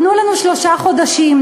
תנו לנו שלושה חודשים,